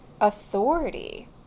authority